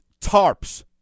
Tarps